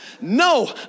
No